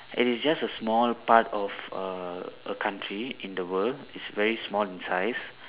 it is just a small part of a a country in the world is very small in size